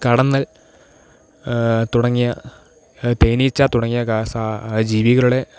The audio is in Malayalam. കടന്നല് തുടങ്ങിയ തേനീച്ച തുടങ്ങിയ ജീവികളുടെ